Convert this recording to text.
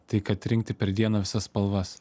tai kad rinkti per dieną spalvas